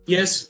Yes